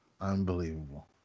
Unbelievable